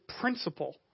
principle